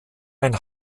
ein